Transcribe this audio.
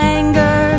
anger